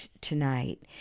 tonight